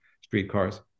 streetcars